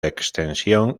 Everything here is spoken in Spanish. extensión